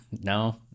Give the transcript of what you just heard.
no